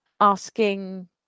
asking